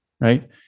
right